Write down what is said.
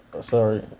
sorry